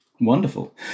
Wonderful